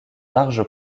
large